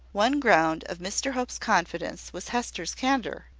one ground of mr hope's confidence was hester's candour.